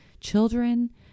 children